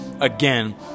again